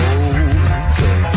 okay